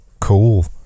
Cool